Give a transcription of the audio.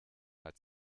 hat